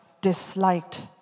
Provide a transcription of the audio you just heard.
disliked